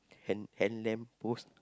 hand hand lamp post